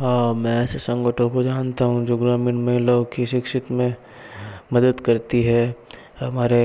हाँ मैं ऐसे संगठनों को जानता हूँ जो ग्रामीण महिलाओं की शिक्षित में मदद करती है हमारे